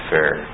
Fair